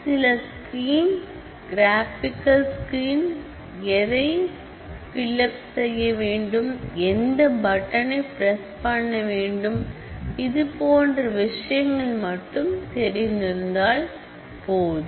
சில screen graphical screen எதை fill up செய்யவேண்டும் எந்த பட்டனை பிரஸ் பண்ண வேண்டும் இதுபோன்ற விஷயங்கள் தெரிந்தால் போதும்